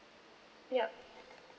yup